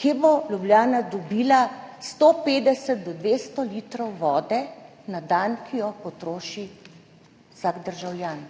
Kje bo Ljubljana dobila 150 do 200 litrov vode na dan, ki jo potroši vsak državljan?